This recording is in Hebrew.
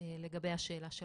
לגבי השאלה שלך.